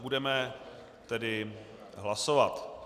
Budeme tedy hlasovat.